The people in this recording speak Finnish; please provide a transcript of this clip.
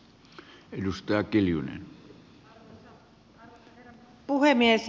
arvoisa herra puhemies